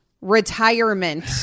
retirement